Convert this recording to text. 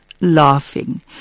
laughing